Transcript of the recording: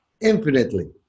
infinitely